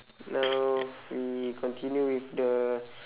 now we continue with the